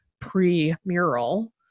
pre-mural